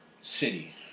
city